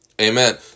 Amen